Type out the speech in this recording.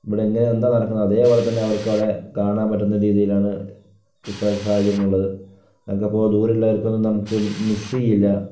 ഇവിടെ എങ്ങനെ എന്താ നടക്കുന്നെ അതേപോലെതന്നെ അവർക്ക് അവിടെ കാണാൻ പറ്റുന്ന രീതിയിലാണ് ഇപ്പൊഴത്തെ സാഹചര്യങ്ങൾ നിങ്ങൾക്ക് ഇപ്പോൾ ദൂരെയുള്ളവർക്ക് നമുക്ക് മിസ് ചെയ്യില്ല